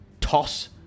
Toss